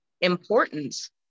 importance